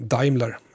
Daimler